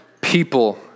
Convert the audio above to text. people